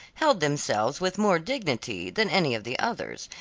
held themselves with more dignity than any of the others,